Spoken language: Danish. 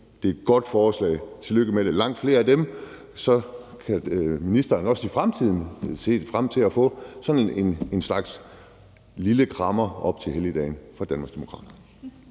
Det er et godt forslag. Tillykke med det. Lad os få langt flere af dem. Så kan ministeren også i fremtiden se frem til at få en slags lille krammer op til helligdagene fra Danmarksdemokraterne.